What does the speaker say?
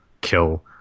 kill